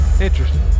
Interesting